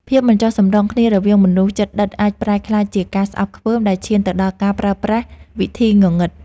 ភាពមិនចុះសម្រុងគ្នារវាងមនុស្សជិតដិតអាចប្រែក្លាយជាការស្អប់ខ្ពើមដែលឈានទៅដល់ការប្រើប្រាស់វិធីងងឹត។